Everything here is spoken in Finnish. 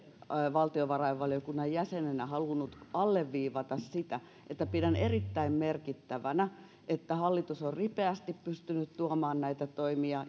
valtiovarainvaliokunnan jäsenenä halunnut alleviivata sitä että pidän erittäin merkittävänä että hallitus on ripeästi pystynyt tuomaan näitä toimia